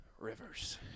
Rivers